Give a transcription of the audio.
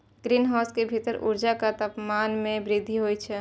greenhouse के भीतर ऊर्जा आ तापमान मे वृद्धि होइ छै